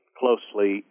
closely